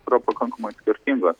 yra pakankamai skirtingos